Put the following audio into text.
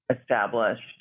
established